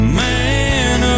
man